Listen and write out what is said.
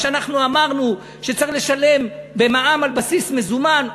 מה שאנחנו אמרנו שצריך לשלם במע"מ על בסיס מזומן,